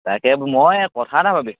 তাকে মই কথা এটা ভাবিছো